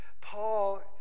Paul